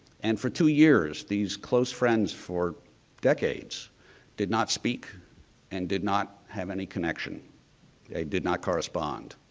and for two years, these close friends for decades did not speak and did not have any connection. they did not correspond.